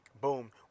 Boom